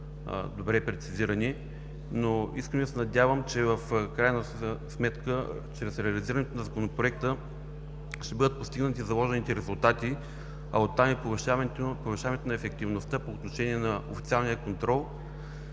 добре прецизирани. Искрено се надявам, че чрез реализирането на Законопроекта ще бъдат постигнати заложените резултати, а оттам и повишаването на ефективността по отношение на официалния контрол